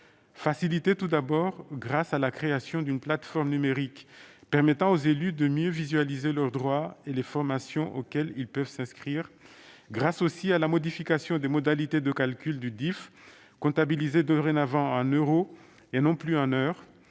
faciliter, tout d'abord, grâce à la création d'une plateforme numérique permettant aux élus de mieux visualiser leurs droits et les formations auxquelles ils peuvent s'inscrire. Elles le faciliteront aussi grâce à la modification des modalités de calcul du DIFE, comptabilisé dorénavant en euros et non plus en heures,